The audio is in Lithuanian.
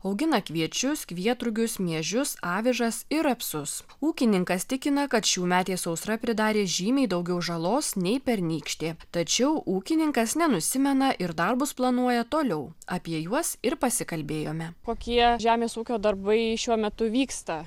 augina kviečius kvietrugius miežius avižas ir rapsus ūkininkas tikina kad šiųmetė sausra pridarė žymiai daugiau žalos nei pernykštė tačiau ūkininkas nenusimena ir darbus planuoja toliau apie juos ir pasikalbėjome kokie žemės ūkio darbai šiuo metu vyksta